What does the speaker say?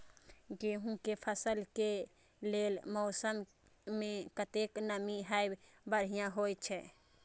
गेंहू के फसल के लेल मौसम में कतेक नमी हैब बढ़िया होए छै?